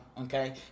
okay